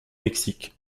mexique